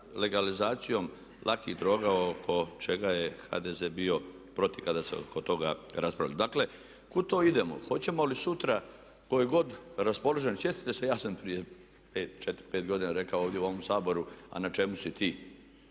za legalizacijom lakih droga oko čega je HDZ bio protiv kada se oko toga raspravljalo. Dakle, kuda to idemo? Hoćemo li sutra tko je god raspoložen, sjetite se ja sam prije 4, 5 godina rekao ovdje u ovom Saboru a na čemu si ti,